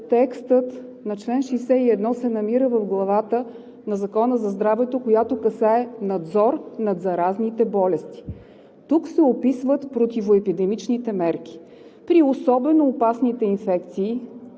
текстът на чл. 61 се намира в главата на Закона за здравето, която касае „Надзор над заразните болести“. Тук се описват противоепидемичните мерки при особено опасните инфекции,